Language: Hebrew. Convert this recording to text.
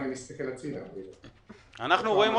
אני רק